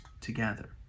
together